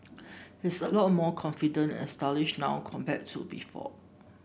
he's a lot more confident and stylish now compared to before